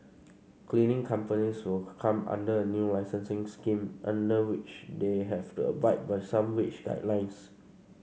cleaning companies will come under a new licensing scheme under which they have to abide by some wage guidelines